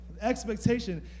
Expectation